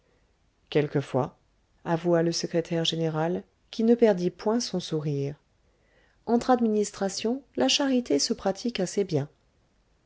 quelquefois avoua le secrétaire général qui ne perdit point son sourire entre administrations la charité se pratique assez bien